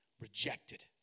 rejected